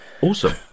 Awesome